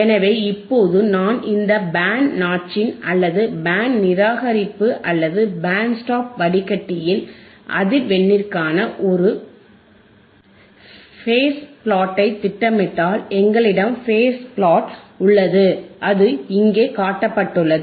எனவே இப்போது நான் இந்த பேண்ட் நாட்சின் அல்லது பேண்ட் நிராகரிப்பு அல்லது பேண்ட் ஸ்டாப் வடிகட்டியின் அதிர்வெண்ணிற்கான ஒரு ஃபேஸ் பிளாட்டை திட்டமிட்டால் எங்களிடம் ஃபேஸ் பிளாட் உள்ளது அது இங்கே காட்டப்பட்டுள்ளது